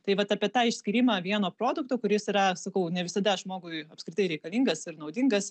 taip vat apie tą išskyrimą vieno produkto kuris yra sakau ne visada žmogui apskritai reikalingas ir naudingas